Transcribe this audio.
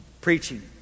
preaching